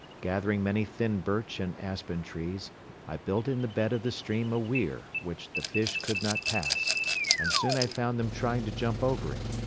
gathering many thin birch and aspen trees i built in the bed of the stream a weir which the fish could not pass and soon i found them trying to jump over it.